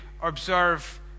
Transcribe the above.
observe